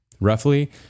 roughly